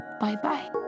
Bye-bye